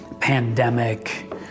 pandemic